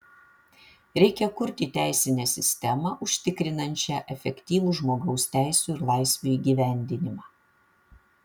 reikia kurti teisinę sistemą užtikrinančią efektyvų žmogaus teisių ir laisvių įgyvendinimą